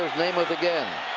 namath again.